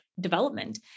development